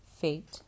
Fate